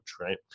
Right